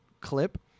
clip